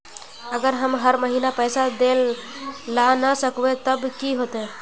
अगर हम हर महीना पैसा देल ला न सकवे तब की होते?